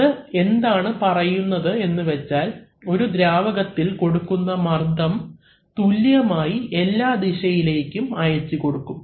അത് എന്താണ് പറയുന്നത് എന്ന് വെച്ചാൽ ഒരു ദ്രാവകത്തിൽ കൊടുക്കുന്ന മർദ്ദം തുല്യമായി എല്ലാ ദിശയിലേക്കും അയച്ചുകൊടുക്കും